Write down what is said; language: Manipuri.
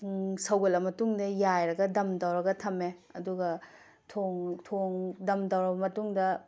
ꯁꯧꯒꯠꯂ ꯃꯇꯨꯡꯗ ꯌꯥꯏꯔꯒ ꯗꯝ ꯇꯧꯔꯒ ꯊꯝꯂꯦ ꯑꯗꯨꯒ ꯗꯝ ꯇꯧꯔꯕ ꯃꯇꯨꯡꯗ